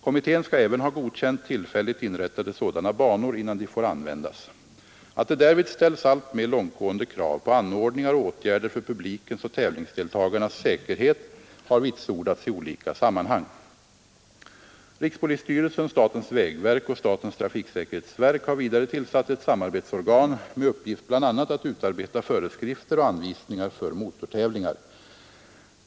Kommittén skall även ha godkänt tillfälligt inrättade sådana banor innan de får användas. Att det därvid ställs alltmer långtgående krav på anordningar och åtgärder för publikens och tävlingsdeltagarnas säkerhet har vitsordats i olika sammanhang. Rikspolisstyrelsen, statens vägverk och statens trafiksäkerhetsverk har vidare tillsatt ett samarbetsorgan med uppgift bl.a. att utarbeta föreskrifter och anvisningar för motortävlingar.